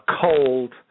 cold